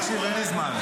דבר אחרי זה.